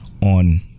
On